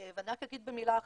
ואני רק אגיד במילה אחת,